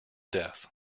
death